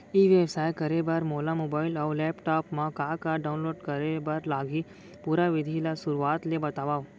ई व्यवसाय करे बर मोला मोबाइल अऊ लैपटॉप मा का का डाऊनलोड करे बर लागही, पुरा विधि ला शुरुआत ले बतावव?